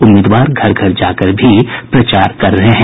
उम्मीदवार घर घर जाकर भी प्रचार कर रहे हैं